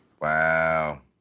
Wow